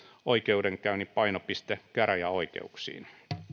oikeudenkäynnin painopiste käräjäoikeuksiin